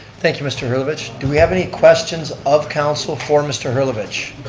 thank you, mr. herlovitch. do we have any questions of council for mr. herlovitch?